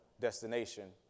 destination